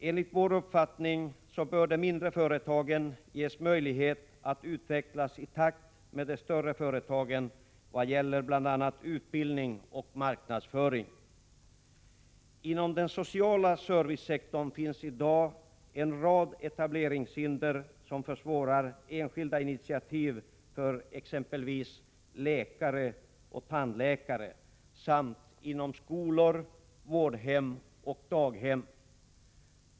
De mindre företagen bör enligt vår uppfattning ges möjlighet att utvecklas i takt med de större företagen vad gäller bl.a. utbildning och marknadsföring. Inom den sociala servicesektorn finns i dag en rad etableringshinder som försvårar enskilda initiativ för exempelvis läkare och tandläkare samt inom skolor, vårdhem och daghem.